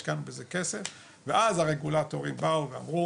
השקענו בזה כסף ואז הרגולטורים באו ואמרו